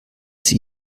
sie